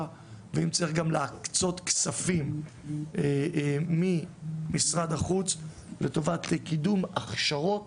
ואם צריך גם להקצות כספים ממשרד החוץ לטובת קידום הכשרות